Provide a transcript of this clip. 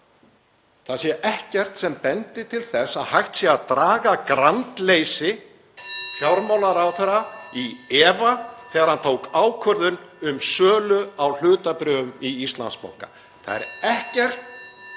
það sé ekkert sem bendi til þess að hægt sé að draga grandleysi fjármálaráðherra (Forseti hringir.) í efa þegar hann tók ákvörðun um sölu á hlutabréfum í Íslandsbanka. Það er ekkert